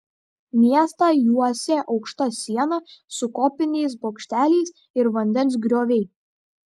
miestą juosė aukšta siena su koviniais bokšteliais ir vandens grioviai